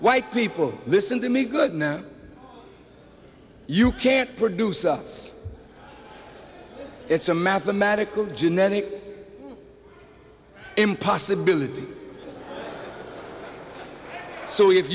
white people listen to me good you can't produce us it's a mathematical jeanette impossibilities so if